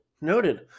noted